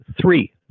three